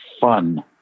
fun